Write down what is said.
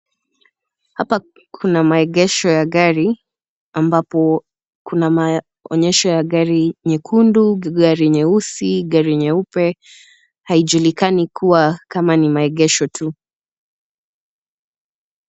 Hapa kuna maegesho ya gari ambapo kuna maonyesho ya gari nyekundu, gari nyeusi, gari nyeupe. Haijulikani kuwa kama ni maegesho tu.